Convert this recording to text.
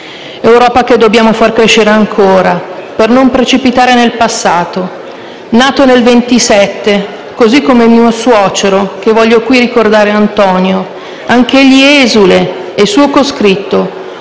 Europa che dobbiamo far crescere ancora, per non precipitare nel passato. Nato nel 1927, così come mio suocero che voglio qui ricordare, Antonio, anch'egli esule e suo coscritto,